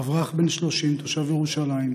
אברך בן 30 תושב ירושלים,